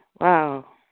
Wow